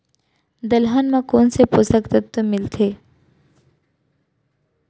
दलहन म कोन से पोसक तत्व मिलथे?